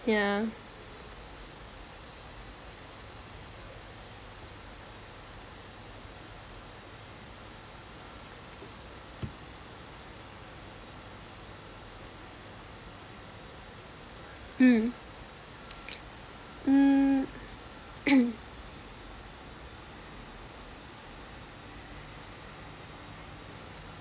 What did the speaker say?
yeah mm mm